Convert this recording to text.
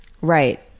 Right